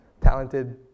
talented